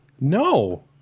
No